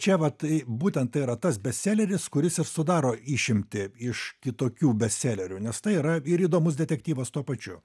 čia vat būtent tai yra tas bestseleris kuris ir sudaro išimtį iš kitokių bestselerių nes tai yra ir įdomus detektyvas tuo pačiu